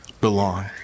belong